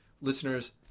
listeners